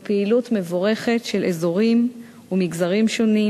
זוהי פעילות מבורכת של אזורים ומגזרים שונים,